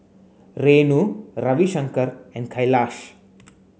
Renu Ravi Shankar and Kailash